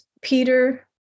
Peter